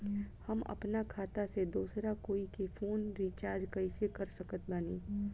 हम अपना खाता से दोसरा कोई के फोन रीचार्ज कइसे कर सकत बानी?